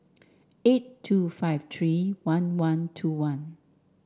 eight two five three one one two one